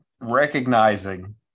recognizing